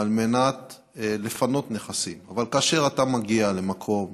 על מנת לפנות נכסים, אבל כאשר אתה מגיע למקום